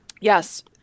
Yes